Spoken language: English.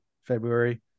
February